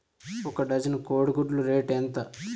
ఒక డజను కోడి గుడ్ల రేటు ఎంత?